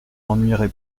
ennuierai